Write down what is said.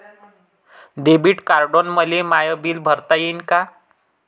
Debit कार्डानं मले my bill भरता येईन का?